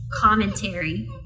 commentary